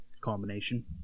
combination